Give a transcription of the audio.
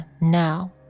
now